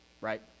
right